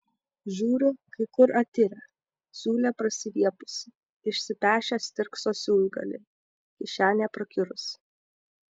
žiūriu kai kur atirę siūlė prasiviepusi išsipešę stirkso siūlgaliai kišenė prakiurusi